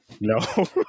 No